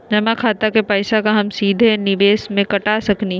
जमा खाता के पैसा का हम सीधे निवेस में कटा सकली हई?